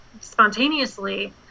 spontaneously